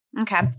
Okay